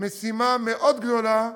בפנינו משימה מאוד גדולה